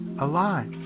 alive